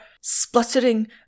spluttering